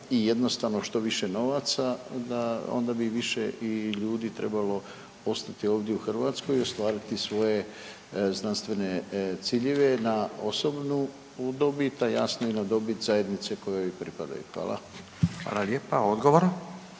i jednostavno što više novaca da onda bi više i ljudi trebalo ostati ovdje u Hrvatskoj i ostvariti svoje znanstvene ciljeve na osobnu dobit, a jasno i na dobit zajednice kojoj pripadaju. Hvala. **Radin, Furio